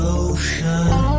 ocean